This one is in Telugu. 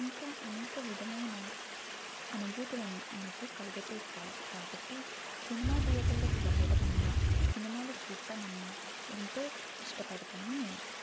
ఇంకా అనేక విధమైన అనుభూతులను మనకు కలుగజేస్తాయి కాబట్టి సినిమా థియేటర్లకు వెళ్ళటమన్నా సినిమాలు చూట్టమన్నా ఎంతో ఇష్టపడతాను నేను